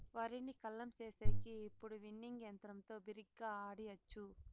వరిని కల్లం చేసేకి ఇప్పుడు విన్నింగ్ యంత్రంతో బిరిగ్గా ఆడియచ్చు